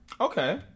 Okay